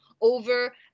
over